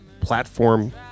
platform